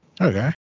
Okay